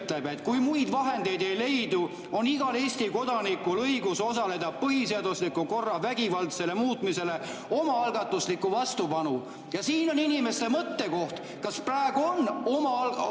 et kui muid vahendeid ei leidu, on igal Eesti kodanikul õigus osutada põhiseadusliku korra vägivaldsele muutmisele omaalgatuslikku vastupanu. Ja siin on inimestele mõttekoht, kas praegu tasub omaalgatuslikku